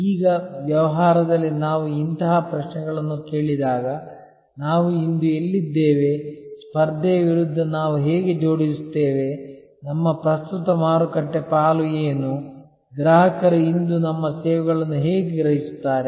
ಈಗ ವ್ಯವಹಾರದಲ್ಲಿ ನಾವು ಇಂತಹ ಪ್ರಶ್ನೆಗಳನ್ನು ಕೇಳಿದಾಗ ನಾವು ಇಂದು ಎಲ್ಲಿದ್ದೇವೆ ಸ್ಪರ್ಧೆಯ ವಿರುದ್ಧ ನಾವು ಹೇಗೆ ಜೋಡಿಸುತ್ತೇವೆ ನಮ್ಮ ಪ್ರಸ್ತುತ ಮಾರುಕಟ್ಟೆ ಪಾಲು ಏನು ಗ್ರಾಹಕರು ಇಂದು ನಮ್ಮ ಸೇವೆಗಳನ್ನು ಹೇಗೆ ಗ್ರಹಿಸುತ್ತಾರೆ